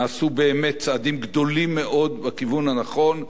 נעשו באמת צעדים גדולים מאוד בכיוון הנכון.